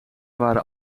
waren